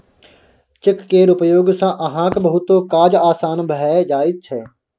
cheque केर उपयोग सँ अहाँक बहुतो काज आसान भए जाइत छै